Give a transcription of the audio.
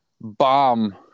bomb